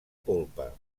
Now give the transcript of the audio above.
polpa